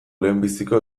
lehenbiziko